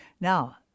Now